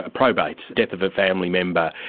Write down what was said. ah probates, death of a family member,